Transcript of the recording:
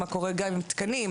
מה קורה עם תקנים,